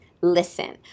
listen